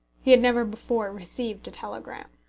he had never before received a telegram.